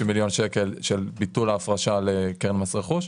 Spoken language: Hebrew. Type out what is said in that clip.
מיליון שקלים של ביטול ההפרשה לקרן מס רכוש,